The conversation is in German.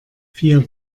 vier